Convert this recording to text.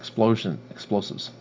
explosion explosives